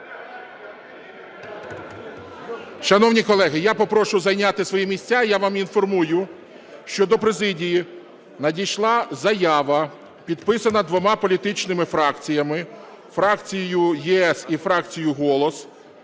Шановні колеги, я попрошу зайняти свої місця. Я вам інформую, що до президії надійшла заява, підписана двома політичними фракціями – фракцією "ЄС" і фракцією "Голос".